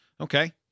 Okay